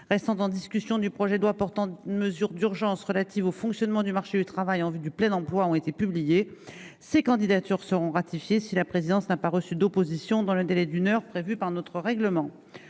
restant en discussion du projet de loi portant mesures d'urgence relatives au fonctionnement du marché du travail en vue du plein emploi ont été publiés ces candidatures seront ratifiées si la présidence n'a pas reçu d'opposition dans le délai d'une heure prévue par notre règlement,